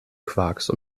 quarks